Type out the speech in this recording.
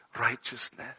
righteousness